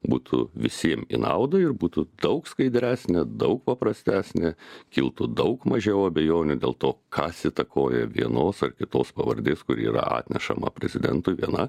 būtų visiem į naudą ir būtų daug skaidresnė daug paprastesnė kiltų daug mažiau abejonių dėl to kas įtakoja vienos ar kitos pavardės kuri yra atnešama prezidentui viena